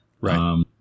Right